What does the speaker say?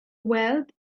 wealth